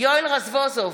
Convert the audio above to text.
יואל רזבוזוב,